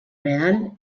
real